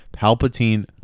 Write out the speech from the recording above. Palpatine